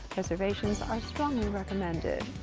reservations are strongly recommended.